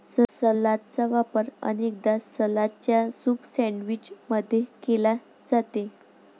सलादचा वापर अनेकदा सलादच्या सूप सैंडविच मध्ये केला जाते